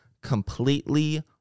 completely